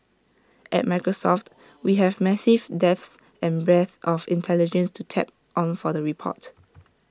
at Microsoft we have massive depth and breadth of intelligence to tap on for the report